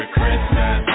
Christmas